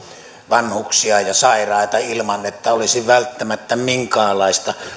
vanhuksia ja sairaita ilman että olisi välttämättä minkäänlaista